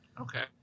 okay